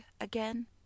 again